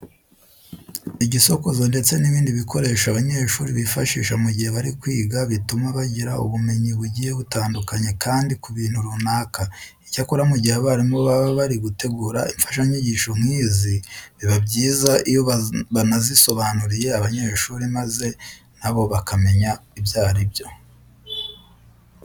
Igisokozo ndetse n'ibindi bikoresho abanyeshuri bifashisha mu gihe bari kwiga bituma bagira ubumenyi bugiye butandukanye kandi ku bintu runaka. Icyakora mu gihe abarimu baba bari gutegura imfashanyigisho nk'izi biba byiza iyo banazisobanuriye abanyeshuri maze na bo bakamenya ibyo ari byo.